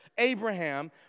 Abraham